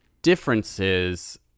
differences